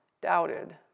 doubted